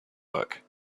work